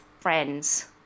friends